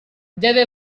deve